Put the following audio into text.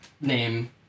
name